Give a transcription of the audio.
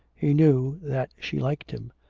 he knew that she liked him.